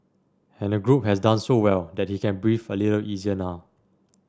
and the group has done so well that he can breathe a little easier now